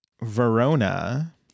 Verona